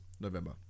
November